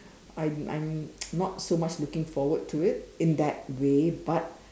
I'm I'm not so much looking forward to it in that way but